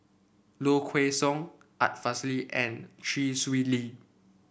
Low Kway Song Art Fazil and Chee Swee Lee